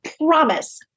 promise